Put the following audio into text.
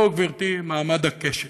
זהו, גברתי, מעמד הקשת,